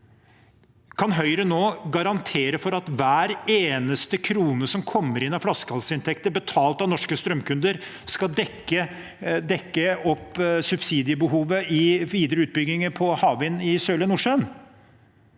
Kan Høyre nå ga rantere for at hver eneste krone som kommer inn av flaskehalsinntekter betalt av norske strømkunder, skal dekke opp subsidiebehovet i videre utbygginger av havvind i Sørlige Nordsjø?